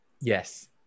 Yes